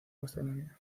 gastronomía